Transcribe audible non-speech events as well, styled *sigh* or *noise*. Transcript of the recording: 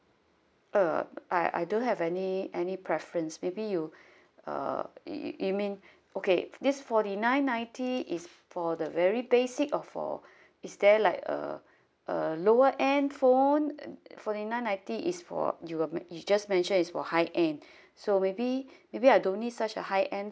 uh I I don't have any any preference maybe you *breath* uh y~ y~ you mean okay this forty nine ninety is for the very basic or for is there like a a lower end phone forty nine ninety is for you you just mentioned is for high end *breath* so maybe maybe I don't need such a high end